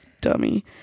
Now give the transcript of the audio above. dummy